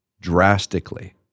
drastically